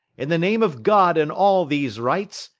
in the name of god and all these rights,